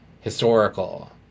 Historical